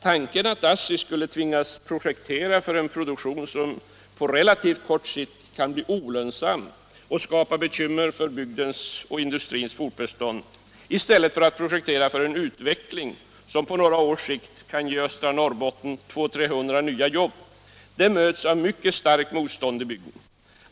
Tanken att ASSI skulle tvingas projektera för en produktion som på relativt kort sikt kan bli olönsam och skapa bekymmer för industrins fortbestånd — i stället för att projektera för en utveckling som på några års sikt kan ge östra Norrbotten 200-300 nya jobb — möts av mycket starkt motstånd i bygden.